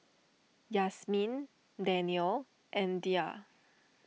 Yasmin Danial and Dhia